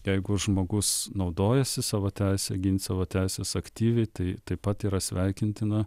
jeigu žmogus naudojasi savo teise gint savo teises aktyviai tai taip pat yra sveikintina